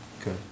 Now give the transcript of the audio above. Okay